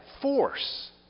force